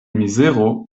mizero